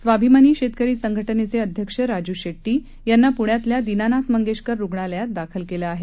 स्वाभिमानी शेतकरी संघटनेचे अध्यक्ष राजू शेट्टी यांना पुण्यातल्या दीनानाथ मंगेशकर रुग्णालयात दाखल केलं आहे